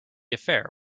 affair